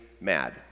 mad